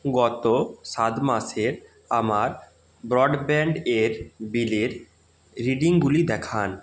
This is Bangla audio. গত সাত মাসের আমার ব্রডব্যাণ্ড এর বিলের রিডিংগুলি দেখান